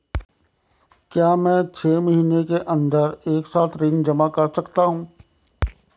क्या मैं छः महीने के अन्दर एक साथ ऋण जमा कर सकता हूँ?